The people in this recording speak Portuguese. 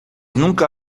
nunca